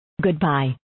Goodbye